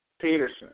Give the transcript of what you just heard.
Peterson